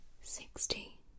Sixty